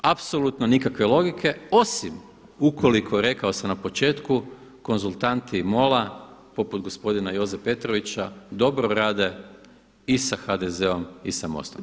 Apsolutno nikakve logike osim ukoliko rekao sam na početku konzultanti MOL-a poput gospodine Joze Petrovića dobro rade i sa HDZ-om i sa MOST-om.